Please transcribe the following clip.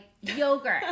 yogurt